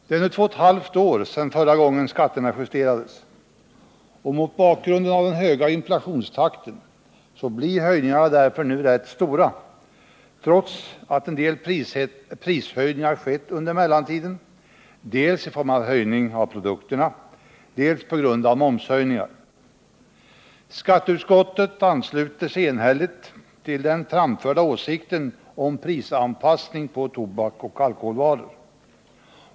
Det är nu två och ett halvt år sedan skatterna förra gången justerades, och mot bakgrund av den höga inflationstakten blir höjningarna därför nu rätt stora, trots att en del prishöjningar skett under mellantiden, dels i form av prishöjning på produkterna, dels på grund av momshöjningar. Skatteutskottet ansluter sig enhälligt till den framförda åsikten om prisanpassning på tobak och alkoholvaror.